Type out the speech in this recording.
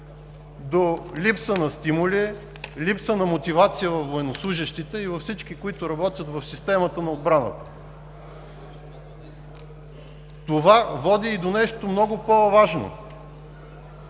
до липса на стимули, липса на мотивация у военнослужещите и на всички, работещи в системата на отбраната. Това води и до нещо много по-важно